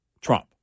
Trump